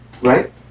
right